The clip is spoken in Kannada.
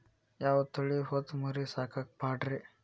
ಯಾವ ತಳಿ ಹೊತಮರಿ ಸಾಕಾಕ ಪಾಡ್ರೇ?